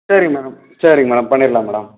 சரிங்க மேடம் சரிங்க மேடம் பண்ணிரலாம் மேடம்